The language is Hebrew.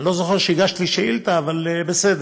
אני לא זוכר שהגשת לי שאילתה, אבל בסדר.